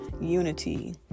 unity